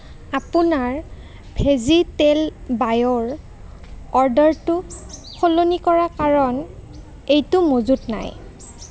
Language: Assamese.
আপোনাৰ ভেজীতেল বায়'ৰ অৰ্ডাৰটো সলনি কৰাৰ কাৰণ এইটো মজুত নাই